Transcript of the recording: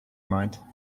mind